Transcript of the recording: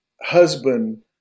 husband